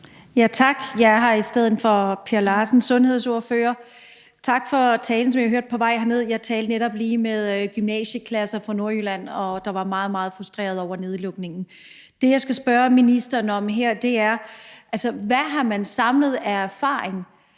Tak. Jeg er her i stedet for da vores sundhedsordfører, Per Larsen. Tak for talen, som jeg hørte på vej herned. Jeg talte netop lige med nogle gymnasieklasser fra Nordjylland, der var meget, meget frustrerede over nedlukningen. Det, jeg skal spørge ministeren om her, er: Hvad har man samlet af erfaring